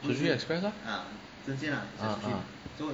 Sushi Express ah ah ah